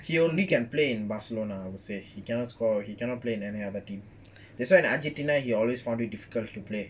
he only can play in barcelona I would say he cannot score he cannot play in any other team that's why in argentina he always found it difficult to play